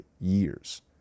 years